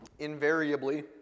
Invariably